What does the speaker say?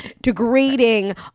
degrading